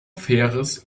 faires